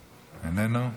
איננו,